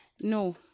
No